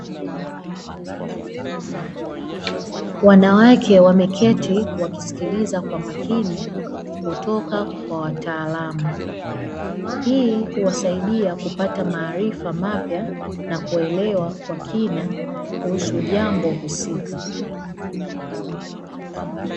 Wanawake wameketi wakisikiliza kwa makini kutoka kwa wataalamu. Hii huwasaidia kupata maarifa mapya na kuelewa kwa kina kuhusu jambo husika.